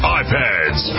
iPads